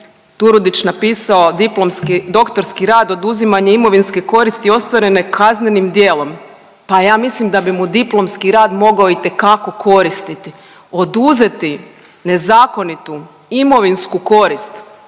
Turudić napisao diplomski, doktorski rad oduzimanje imovinske koristi ostvarene kaznenim djelom. Pa ja mislim da bi mu diplomski rad mogao itekako koristiti. Oduzeti nezakonitu imovinsku korist